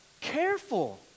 Careful